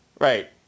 right